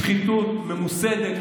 שחיתות ממוסדת,